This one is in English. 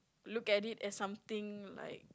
look at it as something like